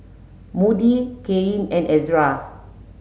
Moody Kaelyn and Ezra